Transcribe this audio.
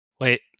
Wait